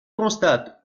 constate